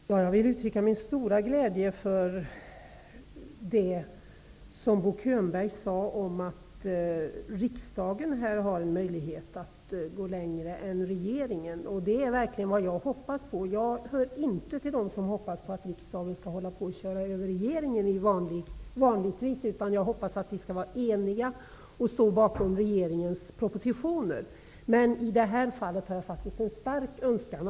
Herr talman! Jag vill uttrycka min stora glädje över det Bo Könberg sade om att riksdagen här har en möjlighet att gå längre än regeringen, och det är verkligen vad jag hoppas på. Jag hör inte till dem som vanligtvis hoppas på att riksdagen skall köra över regeringen. Jag hoppas att vi skall vara eniga och stå bakom regeringens propositioner. Men i det här fallet har jag faktiskt en stark önskan.